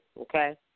okay